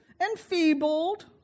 enfeebled